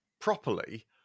properly